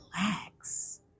relax